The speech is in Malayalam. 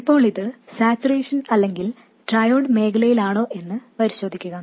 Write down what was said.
ഇപ്പോൾ ഇത് സാച്ചുറേഷൻ അല്ലെങ്കിൽ ട്രയോഡ് മേഖലയിലാണോ എന്ന് പരിശോധിക്കുക